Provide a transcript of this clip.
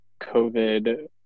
covid